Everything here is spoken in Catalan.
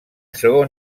segon